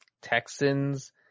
Texans